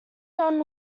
non